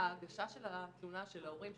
ההגשה של התלונה של ההורים,